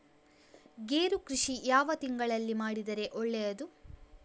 ಗೇರು ಕೃಷಿ ಯಾವ ತಿಂಗಳಲ್ಲಿ ಮಾಡಿದರೆ ಒಳ್ಳೆಯದು?